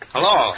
Hello